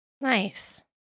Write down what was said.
nice